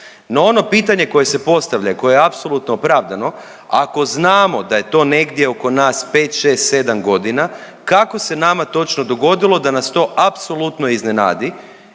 No ono pitanje koje se postavlja i koje je apsolutno opravdano ako znamo da je to negdje oko nas 5, 6, 7 godina, kako se nama točno dogodilo da nas to apsolutno iznenadi